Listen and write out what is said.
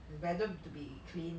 is better to be clean